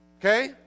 Okay